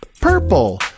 purple